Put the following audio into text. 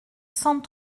cent